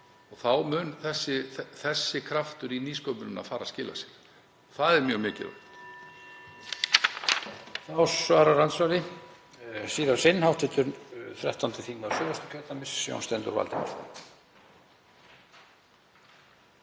Þá mun þessi kraftur í nýsköpuninni fara að skila sér. Það er mjög mikilvægt.